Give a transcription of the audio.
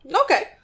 Okay